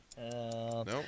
Nope